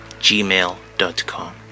gmail.com